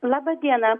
laba diena